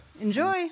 Enjoy